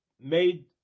made